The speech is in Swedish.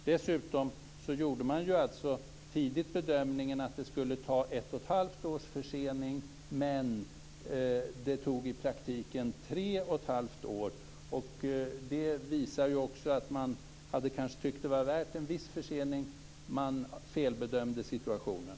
Dessutom gjorde man tidigt bedömningen att det skulle bli ett och ett halvt års försening. Men i praktiken blev det tre och ett halvt års försening. Det visar också att man kanske hade tyckt att det var värt en viss försening. Man felbedömde situationen.